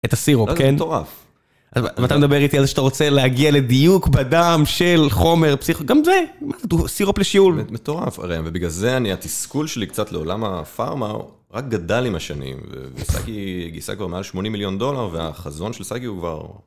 את הסירופ, כן? ואתה מדבר איתי על זה שאתה רוצה להגיע לדיוק בדם של חומר פסיכו... גם זה. מה זה? סירופ לשיעול. מטורף, הרי בגלל זה התסכול שלי קצת לעולם הפארמה רק גדל עם השנים. וסגי גייסה כבר מעל 80 מיליון דולר, והחזון של סגי הוא כבר...